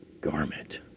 garment